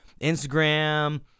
Instagram